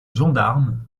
gendarmes